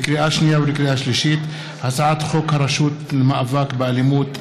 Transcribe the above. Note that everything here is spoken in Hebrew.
לקריאה שנייה ולקריאה שלישית: הצעת חוק הרשות למאבק באלימות,